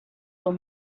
were